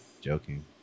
joking